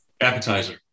Appetizer